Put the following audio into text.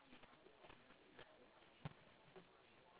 ya ya that's what I was thinking also repurpose it lor